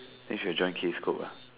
then should have join case cook ah